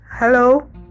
Hello